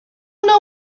know